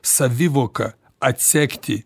savivoka atsekti